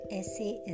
essay